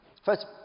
First